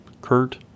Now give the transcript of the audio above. Kurt